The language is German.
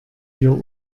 wir